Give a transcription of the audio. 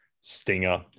Stinger